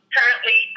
Currently